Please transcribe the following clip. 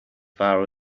far